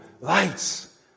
lights